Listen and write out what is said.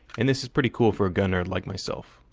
and this is pretty cool for a gun nerd like myself.